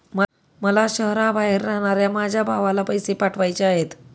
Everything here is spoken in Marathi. मला शहराबाहेर राहणाऱ्या माझ्या भावाला पैसे पाठवायचे आहेत